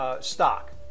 stock